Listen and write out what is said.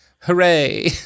Hooray